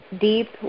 deep